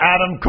Adam